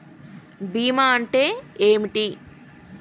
బీమా అంటే ఏమిటి?